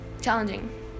challenging